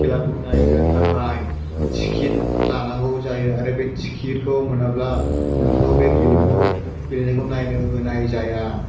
खेलाखौ नायनो थाखाय टिकेट लानांगौ जायो आरो बे टिकेटखौ मोनाब्ला नोंखौ बे गेलेमु गेलेनायखौ नायनो होनाय जाया